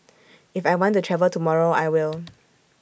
if I want to travel tomorrow I will